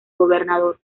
gobernador